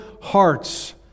hearts